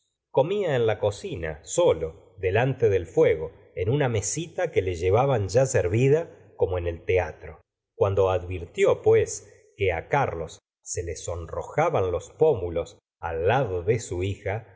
comía en la cocina solo delante del fuego en una mesita que le llevaban ya servida como en el teatro cuando advirtió pues que carlos se le sonrojaban los pómulos al lado de su hija